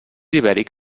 ibèric